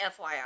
FYI